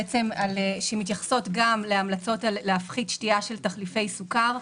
שמתייחסות גם להמלצות להפחית שתייה של תחליפי סוכר.